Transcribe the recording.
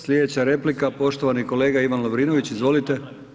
Slijedeća replika poštovani kolega Ivan Lovrinović, izvolite.